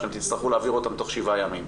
שאתם תצטרכו להעביר אותם תוך שבעה ימים,